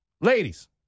Ladies